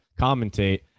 commentate